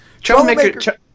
Troublemaker